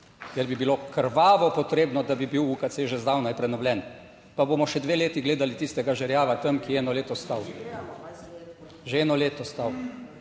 kjer bi bilo krvavo potrebno, da bi bil UKC že zdavnaj prenovljen, pa bomo še dve leti gledali tistega žerjava tam, ki je eno leto stal. Že eno leto stal,